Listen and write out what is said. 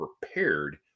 prepared